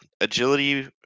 agility